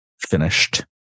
finished